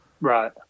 Right